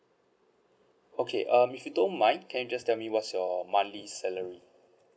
okay um if you don't mind can you just tell me what's your monthly salary